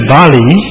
Bali